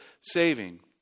saving